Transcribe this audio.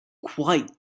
quite